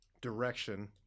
direction